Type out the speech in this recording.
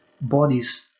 bodies